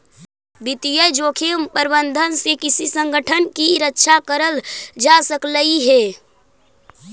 वित्तीय जोखिम प्रबंधन से किसी संगठन की रक्षा करल जा सकलई हे